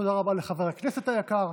תודה רבה לחבר הכנסת היקר.